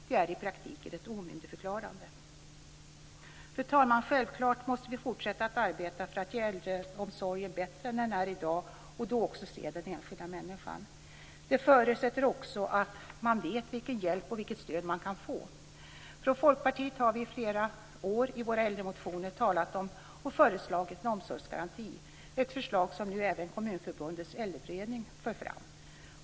Det är i praktiken ett omyndigförklarande. Fru talman! Självfallet måste vi fortsätta att arbeta för att göra äldreomsorgen bättre än den är i dag, och då också se den enskilda människan. Det förutsätter också att man vet vilken hjälp och vilket stöd man kan få. Vi i Folkpartiet har i flera år i våra äldremotioner talat om och föreslagit en omsorgsgaranti. Det är ett förslag som nu även Kommunförbundets äldreberedning för fram.